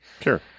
sure